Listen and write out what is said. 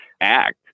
act